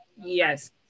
Yes